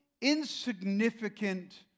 insignificant